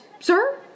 Sir